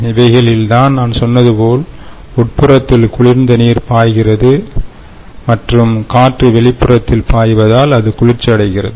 இவைகளில் தான் நான் சொன்னது போல உட்புறத்தில் குளிர்ந்த நீர் பாய்கிறது மற்றும் காற்று வெளிப்புறத்தில் பாய்வதால் அது குளிர்ச்சியடைகிறது